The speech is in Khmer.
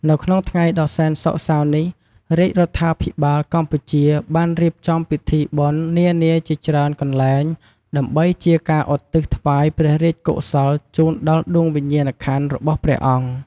នៅក្នុងថ្ងៃដ៏សែនសោកសៅនេះ រាជរដ្ឋាភិបាលកម្ពុជាបានរៀបចំពិធីបុណ្យនានាជាច្រើនកន្លែង ដើម្បីជាការឧទ្ទិសថ្វាយព្រះរាជកុសលជូនដល់ដួងព្រះវិញ្ញាណក្ខន្ធរបស់ព្រះអង្គ។